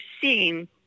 seen